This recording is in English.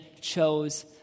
chose